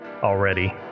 already